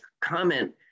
comment